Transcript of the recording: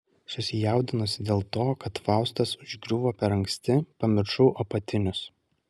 susijaudinusi dėl to kad faustas užgriuvo per anksti pamiršau apatinius